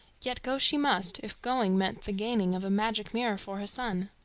yet go she must, if going meant the gaining of a magic mirror for her son.